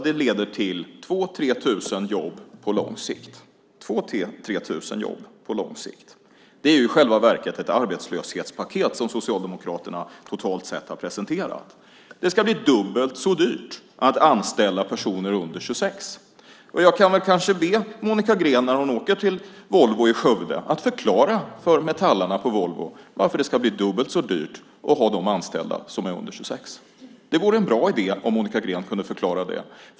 Det leder till 2 000-3 000 jobb på lång sikt. Det är i själva verket ett arbetslöshetspaket som Socialdemokraterna totalt sett har presenterat. Det ska bli dubbelt så dyrt att anställa personer under 26. Jag kan be Monica Green när hon åker till Volvo i Skövde att förklara för Metallarna på Volvo varför det ska bli dubbelt så dyrt att ha dem som är under 26 anställda. Det vore en bra idé om Monica Green kunde förklara det.